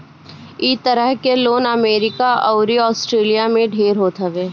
इ तरह के लोन अमेरिका अउरी आस्ट्रेलिया में ढेर होत हवे